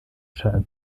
stadt